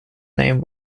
name